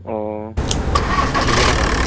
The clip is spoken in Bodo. अह नोंगौ नामा